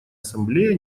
ассамблея